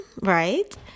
right